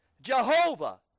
Jehovah